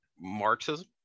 Marxism